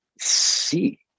see